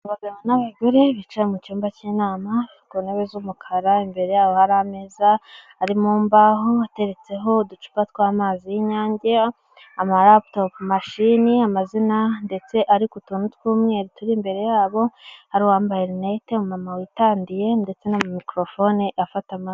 Abagabo n'abagore bicara mu cyumba cy'inama ku ntebe z'umukara imbere yabo hari ameza ari mu mbaho, ateretseho uducupa tw'amazi y'inyange, amaraputopu mashini, amazina ndetse ari ku tuntu tw'umweru turi imbere yabo, hari uwambaye runete, umumama witandiye ndetse na mikorofone afata amajwi.